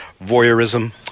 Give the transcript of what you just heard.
voyeurism